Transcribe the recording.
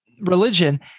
religion